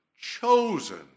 chosen